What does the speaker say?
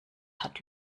hat